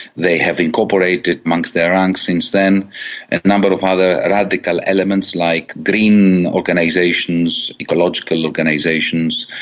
they have incorporated amongst their ranks since then a number of other radical elements, like green organisations, ecological organisations,